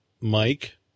Mike